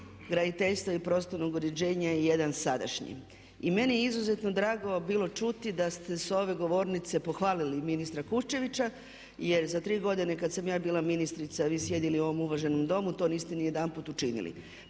i prostornog uređenja i jedan sadašnji. I meni je izuzetno drago bilo čuti da ste s ove govornice pohvalili ministra Kuščevića jer za tri godine kad sam ja bila ministrica vi sjedili u ovom uvaženom Domu to niste ni jedanput učinili.